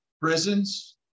prisons